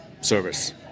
service